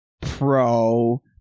Pro